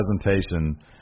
presentation